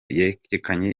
yerekanye